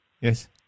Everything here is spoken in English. Yes